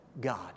God